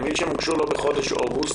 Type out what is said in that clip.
אני מבין שהן הוגשו לו בחודש אוגוסט.